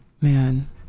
Man